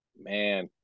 man